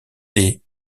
des